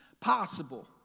possible